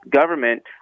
government